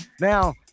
Now